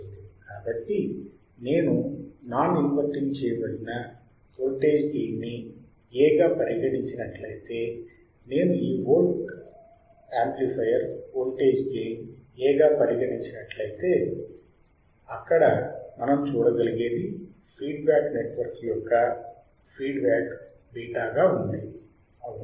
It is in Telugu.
కాబట్టి నేను నాన్ ఇన్వర్టింగ్ చేయబడిన వోల్టేజ్ గెయిన్ ని A గా పరిగణించినట్లయితే నేను ఈ volt amplifier voltage gain A గా పరిగణించినట్లయితే అక్కడ మనం చూడగలిగేది ఫీడ్బ్యాక్ నెట్వర్క్ యొక్క ఫీడ్బ్యాక్ β గా ఉంది అవునా